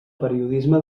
periodisme